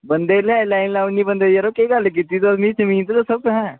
बंदें दी लाइन लाई ओड़नी बंदें दी यरो केह् गल्ल कीती तुस मीं जमीन ते दस्सो कु'त्थैं